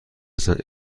هستند